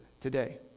today